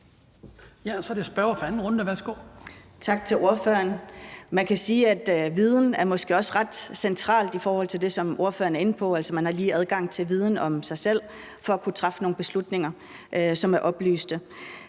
Tak til ordføreren. Man kan sige, at viden måske også er ret centralt i forhold til det, som ordføreren er inde på, altså at man har lige adgang til viden om sig selv for at kunne træffe nogle beslutninger på et oplyst